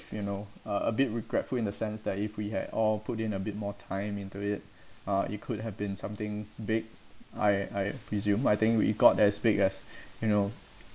you know uh a bit regretful in the sense that if we had all put in a bit more time into it uh it could have been something big I I presumed I think we got as big as you know